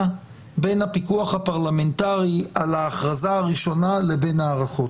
בין הפיקוח הפרלמנטרי על ההכרזה הראשונה לבין ההארכות.